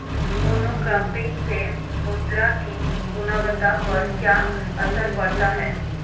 Monocropping से मृदा की गुणवत्ता पर क्या असर पड़ता है?